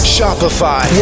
Shopify